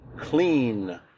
clean